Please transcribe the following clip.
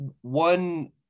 one